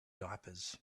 diapers